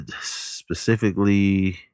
Specifically